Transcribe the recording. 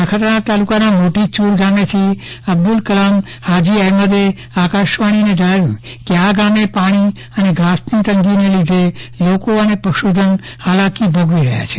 નખત્રાણા તાલુકાના મોટી ચુર ગામેથી અબ્દુલ કલામ હાજી મહમદે આકાશવાણીને જણાવ્યું હતું કે આ ગામે પાણી અને ઘાસનીતંગીને લીધે લોકો અને પશુધન હાલકી ભોગવી રહ્યા છે